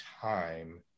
time